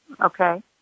Okay